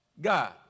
God